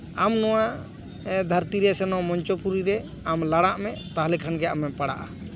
ᱟᱢ ᱱᱚᱣᱟ ᱫᱷᱟᱹᱨᱛᱤ ᱨᱮ ᱥᱮ ᱢᱚᱧᱪᱚᱯᱩᱨᱤ ᱨᱮ ᱟᱢ ᱞᱟᱲᱟᱜ ᱢᱮ ᱛᱟᱦᱞᱮ ᱠᱷᱟᱱᱜᱮ ᱟᱢᱮᱢ ᱯᱟᱲᱟᱜᱼᱟ